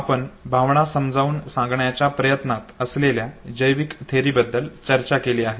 आपण भावना समजावून सांगण्याच्या प्रयत्नात असलेल्या जैविक थेअरी बद्दल चर्चा केली आहे